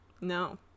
No